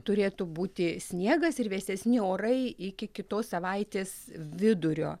turėtų būti sniegas ir vėsesni orai iki kitos savaitės vidurio